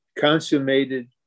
consummated